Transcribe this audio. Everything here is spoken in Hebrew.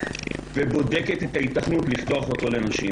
ובודקת את ההיתכנות לפתוח אותו לנשים.